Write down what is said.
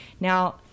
Now